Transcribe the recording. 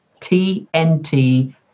tnt